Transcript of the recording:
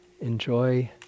Enjoy